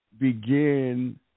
begin